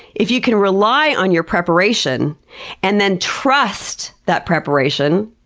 if you can rely on your preparation and then trust that preparation,